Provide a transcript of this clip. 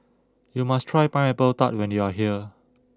you must try Pineapple Tart when you are here